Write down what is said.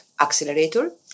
accelerator